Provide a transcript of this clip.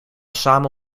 samen